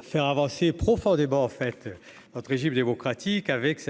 Faire avancer profondément en fait notre régime démocratique avec.